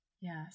Yes